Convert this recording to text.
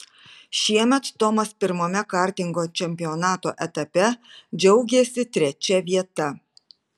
šiemet tomas pirmame kartingo čempionato etape džiaugėsi trečia vieta